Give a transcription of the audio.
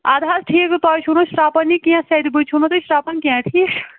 اد حظ ٹھیٖک چھُ تۄہہِ چھُو نہٕ شرٛپٲنی کیٚنٛہہ سیٚدِ بٔتھِ چھُو نہٕ تۄہہِ شرٛپن کیٚنٛہہ ٹھیٖک چھُ